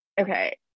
Okay